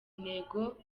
ntego